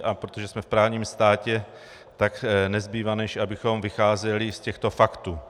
A protože jsme v právním státě, tak nezbývá než abychom vycházeli z těchto faktů.